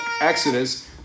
Exodus